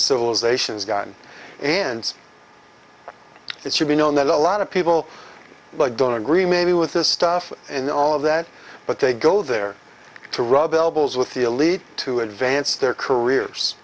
civilizations got and it should be known that a lot of people but don't agree maybe with this stuff in all of that but they go there to rub elbows with the elite to advance their careers